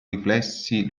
riflessi